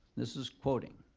this is quoting.